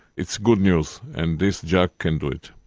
it's good news, and this jac can do it.